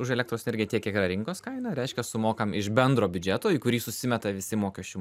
už elektros energiją tiek kiek yra rinkos kaina reiškia reiškia sumokam iš bendro biudžeto į kurį susimeta visi mokesčių mo